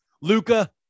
Luca